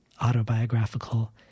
autobiographical